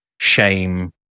shame